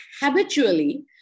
habitually